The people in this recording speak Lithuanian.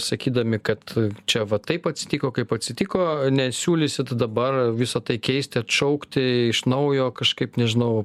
sakydami kad čia va taip atsitiko kaip atsitiko nesiūlysit dabar visa tai keisti šaukti iš naujo kažkaip nežinau